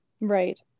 right